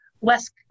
West